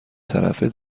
طرفه